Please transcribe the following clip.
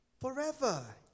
forever